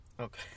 Okay